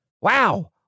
Wow